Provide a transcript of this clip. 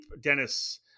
Dennis